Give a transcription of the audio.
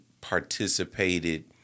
participated